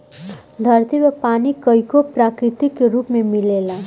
धरती पर पानी कईगो प्राकृतिक रूप में मिलेला